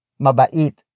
Mabait